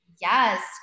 yes